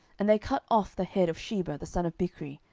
and they cut off the head of sheba the son of bichri,